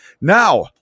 Now